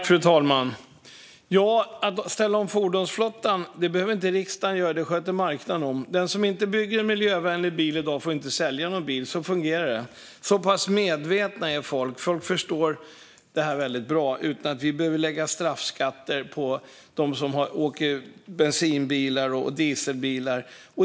Fru talman! Att ställa om fordonsflottan behöver inte riksdagen göra. Det sköter marknaden om. Den som inte bygger en miljövänlig bil i dag får inte sälja någon bil. Så fungerar det. Så pass medvetna är folk. Folk förstår det här väldigt bra utan att vi behöver lägga straffskatter på dem som åker bensin och dieselbilar.